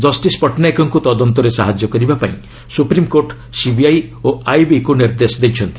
justice ପଟ୍ଟନାୟକଙ୍କୁ ତଦନ୍ତରେ ସାହାଯ୍ୟ କରିବା ପାଇଁ ସୁପ୍ରିମ୍କୋର୍ଟ ସିବିଆଇ ଓ ଆଇବି କୁ ନିର୍ଦ୍ଦେଶ ଦେଇଛନ୍ତି